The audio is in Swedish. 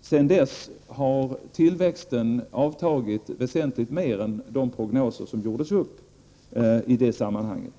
Sedan dess har tillväxten avtagit väsentligt mer än de prognoser som gjordes upp i det sammanhanget.